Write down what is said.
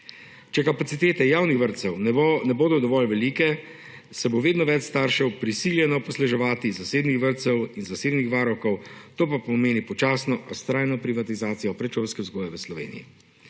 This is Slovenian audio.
Če kapacitete javnih vrtcev ne bodo dovolj velike, se bo vedno več staršev prisiljeno posluževati zasebnih vrtcev in zasebnih varuhov, to pa pomeni počasno, a vztrajno privatizacijo predšolske vzgoje v Sloveniji.